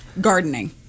gardening